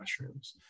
mushrooms